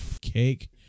Cake